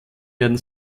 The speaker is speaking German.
werden